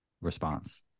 response